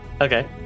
okay